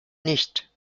nicht